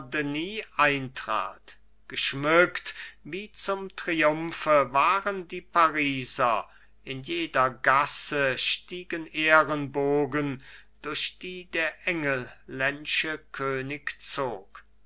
eintrat geschmückt wie zum triumphe waren die pariser in jeder gasse stiegen ehrenbogen durch die der engelländsche könig zog